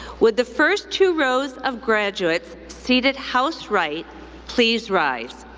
would the first two rows of graduates seated house right please rise?